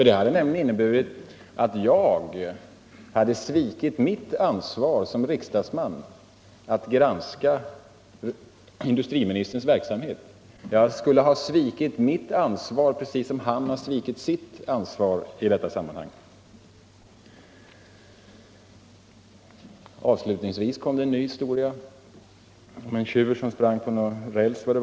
Det hade nämligen inneburit att jag hade svikit mitt ansvar som riksdagsman att granska industriministerns verksamhet. Jag skulle ha svikit mitt ansvar precis som han har svikit sitt ansvar i detta sammanhang. Avslutningsvis kom en ny historia om en tjur som sprang på någon räls.